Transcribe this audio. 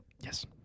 Yes